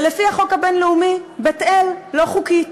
ולפי החוק הבין-לאומי בית-אל לא חוקית,